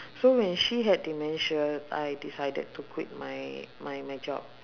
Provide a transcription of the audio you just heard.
so when she had dementia I decided to quit my my my job